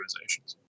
Organizations